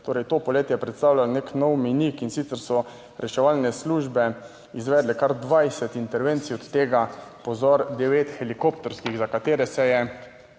torej to poletje predstavlja nek nov mejnik, in sicer so reševalne službe izvedle kar 20 intervencij, od tega, pozor, devet helikopterskih, za katere se je